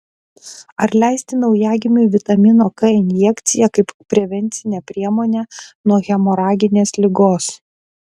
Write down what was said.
ar leisti naujagimiui vitamino k injekciją kaip prevencinę priemonę nuo hemoraginės ligos